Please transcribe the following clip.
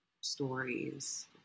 stories